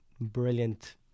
brilliant